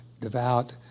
devout